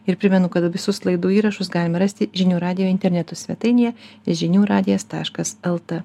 ir primenu kad visus laidų įrašus galima rasti žinių radijo interneto svetainėje žinių radijo taškas lt